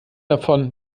davon